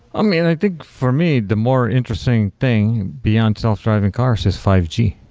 ah mean, i think for me, the more interesting thing beyond self-driving cars is five g,